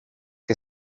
que